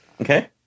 Okay